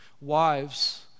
Wives